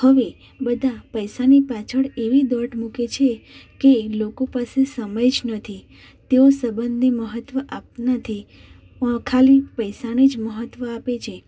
હવે બધા પૈસાની પાછળ એવી દોટ મૂકે છે કે લોકો પાસે સમય જ નથી તેઓ સંબંધને મહત્ત્વ આપ નથી ખાલી પૈસાને જ મહત્ત્વ આપે છે